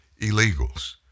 illegals